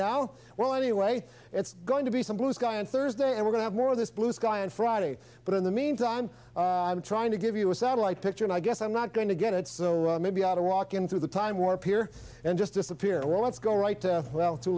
now well anyway it's going to be some blue sky on thursday and we're going to more of this blue sky on friday but in the meantime i'm trying to give you a satellite picture and i guess i'm not going to get it so maybe i ought to walk into the time warp here and just disappear or let's go right to well to